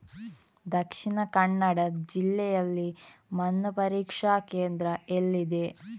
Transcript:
ದಕ್ಷಿಣ ಕನ್ನಡ ಜಿಲ್ಲೆಯಲ್ಲಿ ಮಣ್ಣು ಪರೀಕ್ಷಾ ಕೇಂದ್ರ ಎಲ್ಲಿದೆ?